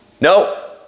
No